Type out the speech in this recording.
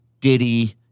Diddy